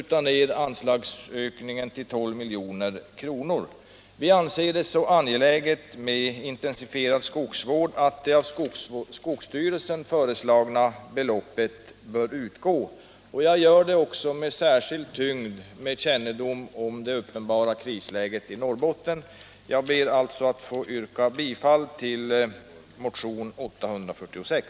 slagsökningen till 12 milj.kr. Vi anser det så angeläget med en intensifierad skogsvård att det av skogsstyrelsen föreslagna beloppet bör anslås. Jag hävdar det också med särskild tyngd med tanke på den kännedom jag har om det uppenbara krisläget i Norrbotten. Jag ber att få yrka bifall till motionen 846.